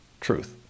truth